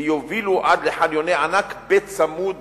ויובילו עד לחניוני ענק בצמוד